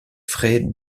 frais